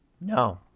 No